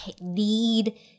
need